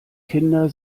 kinder